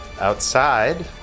outside